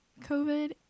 COVID